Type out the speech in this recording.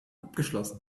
abgeschlossen